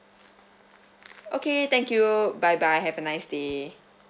okay thank you bye bye have a nice day